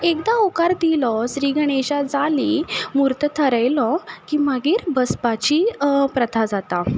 एकदा होकार दिलो श्रीगणेशा जाली म्हूर्त थरयलो की मागीर बसपाची प्रथा जाता